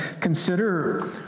consider